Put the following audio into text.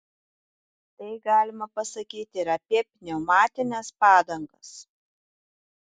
tai galima pasakyti ir apie pneumatines padangas